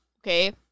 Okay